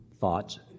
thoughts